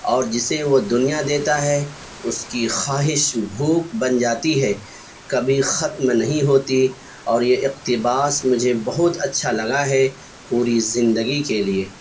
اور جسے وہ دنیا دیتا ہے اس کی خواہش بھوک بن جاتی ہے کبھی ختم نہیں ہوتی اور یہ اقتباس مجھے بہت اچھا لگا ہے پوری زندگی کے لیے